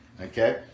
okay